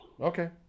Okay